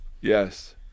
Yes